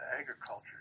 agriculture